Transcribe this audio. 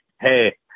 Hey